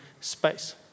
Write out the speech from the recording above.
space